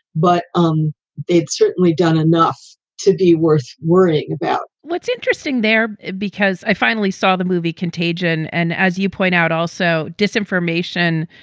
but um it's certainly done enough to be worth worrying about what's interesting there, because i finally saw the movie contagion and as you point out, also disinformation.